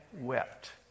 wept